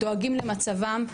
דואגים למצבם,